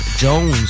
Jones